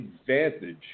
advantage